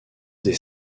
des